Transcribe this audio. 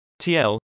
TL